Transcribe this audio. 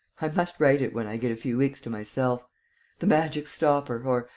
i must write it when i get a few weeks to myself the magic stopper or,